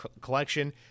collection